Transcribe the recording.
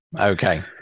Okay